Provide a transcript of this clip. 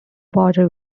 border